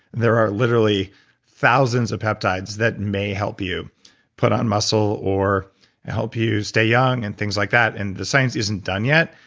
there are literally thousands of peptides that may help you put on muscle or help you stay young and things like that. and the science isn't done yet,